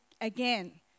again